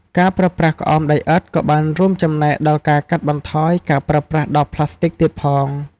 ការប្រើប្រាស់ក្អមដីឥដ្ឋក៏បានរួមចំណែកដល់ការកាត់បន្ថយការប្រើប្រាស់ដបប្លាស្ទិកទៀតផង។